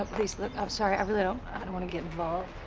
ah please. um sorry. i really don't i don't wanna get involved.